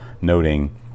noting